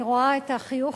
אני רואה את החיוך,